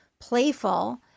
playful